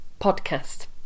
podcast